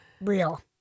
real